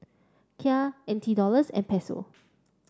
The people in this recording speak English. Kyat N T Dollars and Peso